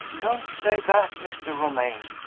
don't say that, mr. romayne!